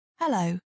Hello